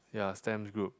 ya stamps group